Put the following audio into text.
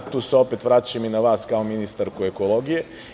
Tu se opet vraćam i na vas kao ministarku ekologije.